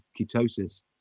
ketosis